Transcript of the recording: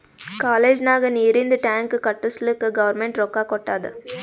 college ನಾಗ್ ನೀರಿಂದ್ tank ಕಟ್ಟುಸ್ಲಕ್ ಗೌರ್ಮೆಂಟ್ ರೊಕ್ಕಾ ಕೊಟ್ಟಾದ್